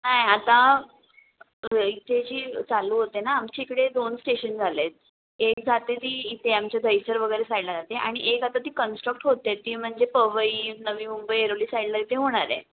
नाही आता दहिसरची चालू होते ना आमच्या इकडे दोन स्टेशन झाले आहेत एक जाते ती इथे आमच्या दहिसर वगैरे साईडला जाते आणि एक आता ती कंस्ट्रक्ट होते आहे ती म्हणजे पवई नवी मुंबई ऐरोली साईडला इथे होणार आहे